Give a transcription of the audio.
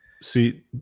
See